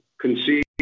conceive